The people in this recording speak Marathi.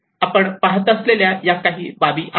या आपण पहात असलेल्या काही बाबी आहेत